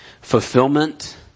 fulfillment